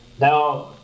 Now